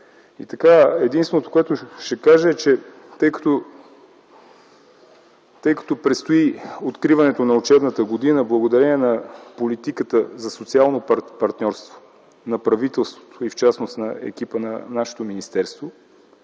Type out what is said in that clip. Единственото, което ще кажа, е, че тъй като предстои откриването на учебната година, благодарение на политиката за социално партньорство, в частност на екипа на нашето министерство,